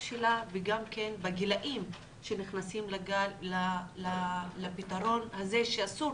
שלה וגם כן בגילאים שנכנסים לפתרון הזה שאסור